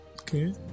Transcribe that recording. Okay